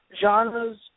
genres